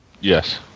Yes